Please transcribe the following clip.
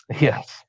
Yes